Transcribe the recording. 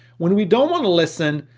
when we don't wanna listen,